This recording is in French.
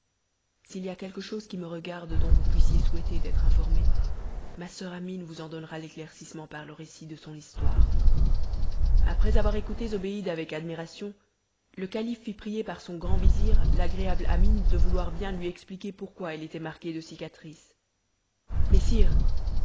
s'il y a quelque chose qui me regarde dont vous puissiez souhaiter d'être informé ma soeur amine vous en donnera l'éclaircissement par le récit de son histoire après avoir écouté zobéide avec admiration le calife fit prier par son grand vizir l'agréable amine de vouloir bien lui expliquer pourquoi elle était marquée de cicatrices mais sire